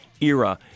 era